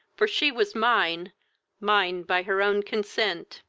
for she was mine mine by her own consent!